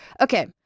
okay